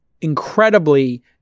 incredibly